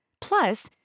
Plus